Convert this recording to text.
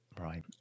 Right